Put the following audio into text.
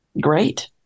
Great